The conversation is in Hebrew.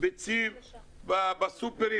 ביצים בסופר.